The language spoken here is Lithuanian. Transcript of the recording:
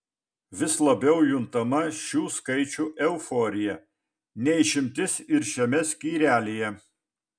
vis labiau juntama šių skaičių euforija ne išimtis ir šiame skyrelyje